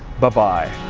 bye bye